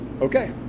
Okay